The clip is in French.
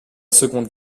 seconde